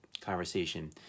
conversation